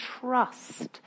trust